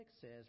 says